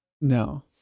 No